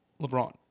lebron